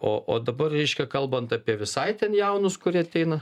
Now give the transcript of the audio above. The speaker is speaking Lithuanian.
o o dabar reiškia kalbant apie visai ten jaunus kurie ateina